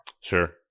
Sure